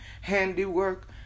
handiwork